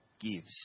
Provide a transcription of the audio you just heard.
gives